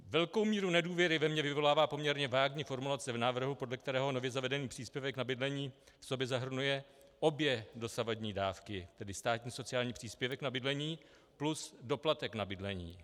Velkou míru nedůvěry ve mně vyvolává poměrně vágní formulace v návrhu, podle kterého nově zavedený příspěvek na bydlení v sobě zahrnuje obě dosavadní dávky, tedy státní sociální příspěvek na bydlení plus doplatek na bydlení.